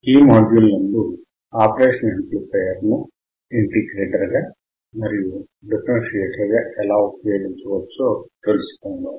ఈ మాడ్యూల్ నందు operational amplifier ను ఇంటిగ్రేటర్ గా మరియు డిఫరెన్సియేటర్ గా ఎలా ఉపయోగించవచ్చో తెలుసుకుందాం